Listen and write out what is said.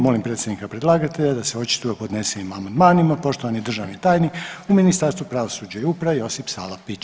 Molim predsjednika predlagatelja da se očituje o podnesenim amandmanima, poštovani državni tajnik u Ministarstvu pravosuđa i uprave Josip Salapić.